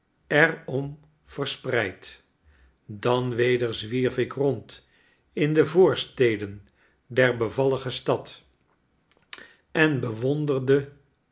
er om verspreid dan weder zwierf ik rond in de voorsteden der bevallige stad en bewonderde